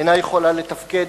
אינה יכולה לתפקד,